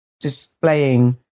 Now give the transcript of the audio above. displaying